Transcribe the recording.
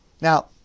Now